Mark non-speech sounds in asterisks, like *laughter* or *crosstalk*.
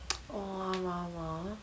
*noise* oh !wah! *noise*